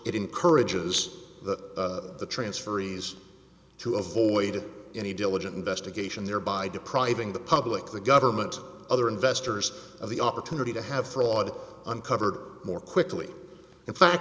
it encourages that the transferees to avoid any diligent investigation thereby depriving the public the government other investors of the opportunity to have fraud uncovered more quickly in fact